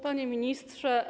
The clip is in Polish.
Panie Ministrze!